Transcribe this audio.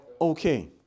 Okay